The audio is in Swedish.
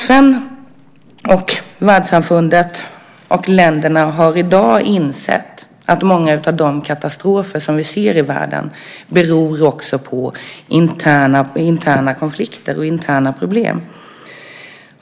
FN och världssamfundet och länderna har i dag insett att många av de katastrofer som vi ser i världen också beror på interna konflikter och interna problem.